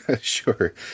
Sure